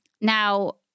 Now